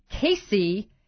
Casey